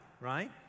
right